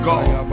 God